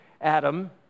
Adam